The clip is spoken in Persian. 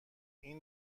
این